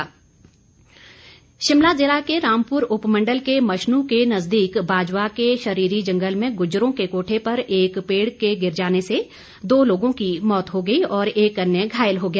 दुर्घटना शिमला जिला के रामपुर उपमंडल के मशनु के नजदीक बाजवा के शरीरी जंगल में गुजरों के कोठे पर एक पेड़ के गिर जाने से दो लोगों की मौत हो गई और एक अन्य घायल हो गया